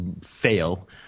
fail –